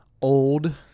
old –